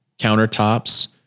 countertops